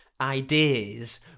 ideas